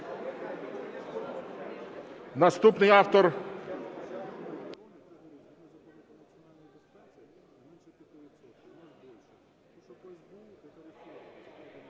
Наступний автор